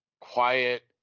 quiet